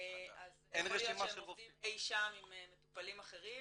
אז יכול להיות שהם עובדים אי שם עם מטופלים אחרים